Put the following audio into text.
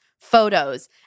photos